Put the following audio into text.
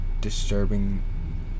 disturbing